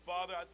Father